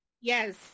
Yes